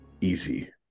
easy